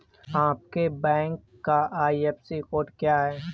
आपके बैंक का IFSC code क्या है?